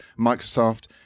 Microsoft